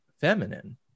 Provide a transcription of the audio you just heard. feminine